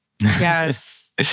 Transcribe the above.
Yes